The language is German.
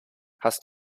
hast